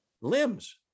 limbs